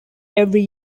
every